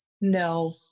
no